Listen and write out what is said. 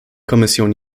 kommission